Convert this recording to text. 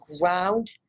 ground